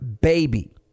baby